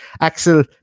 Axel